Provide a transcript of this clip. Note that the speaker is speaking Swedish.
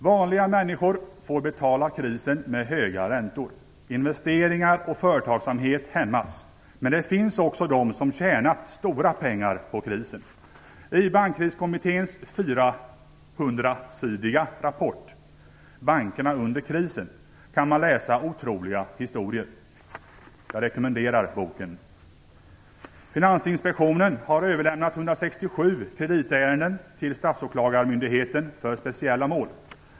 Vanliga människor får betala krisen med höga räntor. Investeringar och företagsamhet hämmas. Men det finns också de som tjänat stora pengar på krisen. I Bankkriskommitténs 400-sidiga rapport Bankerna under krisen kan man läsa otroliga historier. Jag rekommenderar boken. Finansinspektionen har överlämnat 167 kreditärenden till Statsåklagarmyndigheten för Speciella Mål.